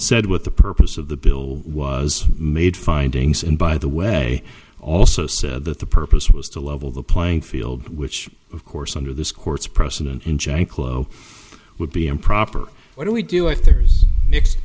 said what the purpose of the bill was made findings and by the way also said that the purpose was to level the playing field which of course under this court's precedent in janklow would be improper what do we do if there's mixed